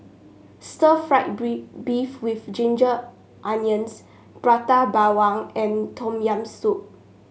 Stir Fried Beef with Ginger Onions Prata Bawang and Tom Yam Soup